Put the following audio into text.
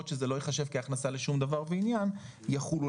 יחולו